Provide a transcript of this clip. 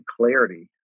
clarity